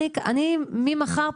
ממחר,